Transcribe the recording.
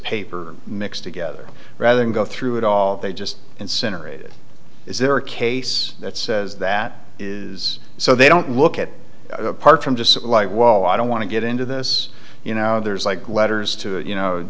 paper mixed together rather than go through it all they just incinerate is there a case that says that is so they don't look at it apart from just like well i don't want to get into this you know there's like letters to you know